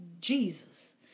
Jesus